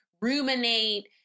ruminate